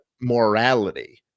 morality